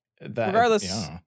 regardless